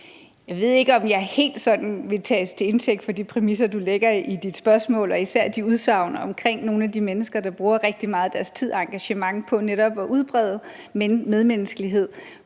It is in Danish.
Jeg ved ikke, om jeg helt sådan vil tages til indtægt for de præmisser, du lægger i dit spørgsmål, og især de udsagn om nogle af de mennesker, der bruger rigtig meget af deres tid og engagement på netop at udbrede medmenneskelighed